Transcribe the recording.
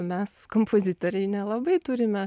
mes kompozitoriai nelabai turime